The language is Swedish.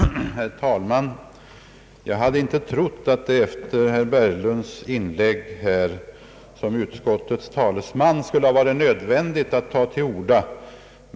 Herr talman! Jag trodde inte att det skulle vara nödvändigt för mig att ta till orda efter det anförande herr Berglund höll såsom utskottets talesman.